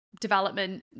development